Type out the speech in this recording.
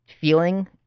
feeling